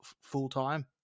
full-time